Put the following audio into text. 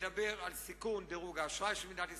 מדבר על סיכון דירוג האשראי של מדינת ישראל,